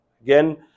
Again